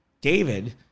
David